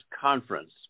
Conference